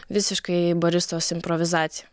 visiškai baristos improvizacija